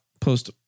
post